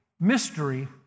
mystery